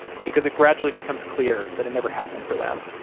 because it gradually becomes clear that it never happened for them,